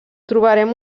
trobarem